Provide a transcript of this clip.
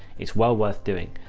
it's well worth doing,